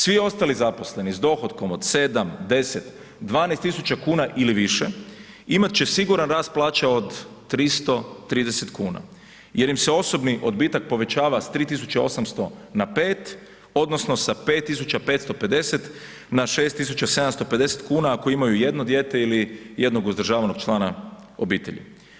Svi ostali zaposleni s dohotkom od 7, 10, 12 tisuća kn ili više, imat će siguran rast plaća od 330 kn jer im se osobni odbitak povećava s 3800 na 5, odnosno sa 5550, na 6750, ako imaju jedno dijete ili jednog uzdržavanog člana obitelji.